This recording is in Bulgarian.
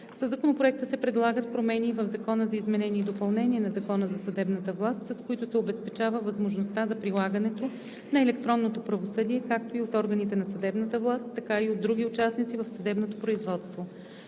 Със Законопроекта се предлагат промени и в Закона за изменение и допълнение на Закона за съдебната власт, с които се обезпечава възможността за прилагането на електронното правосъдие както от органите на съдебната власт, така и от другите участници в съдебното производство.